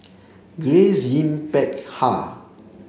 Grace Yin Peck Ha